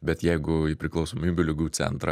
bet jeigu į priklausomybių ligų centrą